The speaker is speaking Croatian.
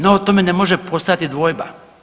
No o tome ne može postojati dvojba.